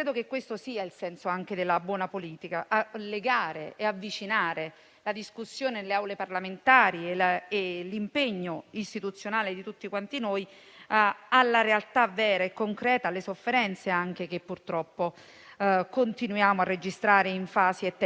anche questo sia il senso della buona politica: legare, avvicinare la discussione delle Aule parlamentari e l'impegno istituzionale di tutti quanti noi alla realtà vera, concreta di sofferenze che, purtroppo, continuiamo a registrare in fasi e tempi